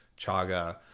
chaga